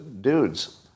dudes